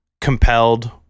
Compelled